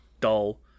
dull